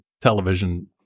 television